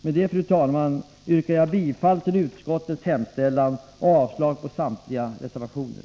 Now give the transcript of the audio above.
Med detta, fru talman, yrkar jag bifall till utskottets hemställan och avslag på samtliga reservationer.